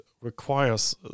requires